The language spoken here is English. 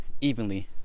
evenly